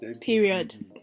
Period